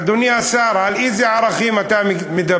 אדוני השר, על אילו ערכים אתה מדבר?